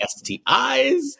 STIs